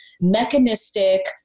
mechanistic